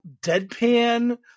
deadpan